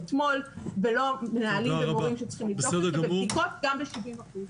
לא המנהלים והמורים צריכים לבדוק ובדיקות גם ב-70 אחוזים.